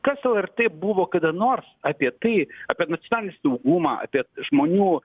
kas lrt buvo kada nors buvo apie tai apie nacionalinį saugumą apie žmonių